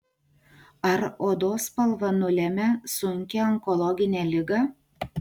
ar odos spalva nulemia sunkią onkologinę ligą